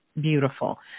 beautiful